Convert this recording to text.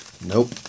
Nope